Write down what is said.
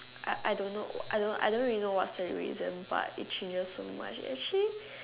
I I don't know I don't I don't really know what's the reason but it changes so much actually